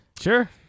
Sure